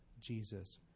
Jesus